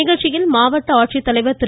நிகழ்ச்சியில் மாவட்ட ஆட்சித்தலைவர் திரு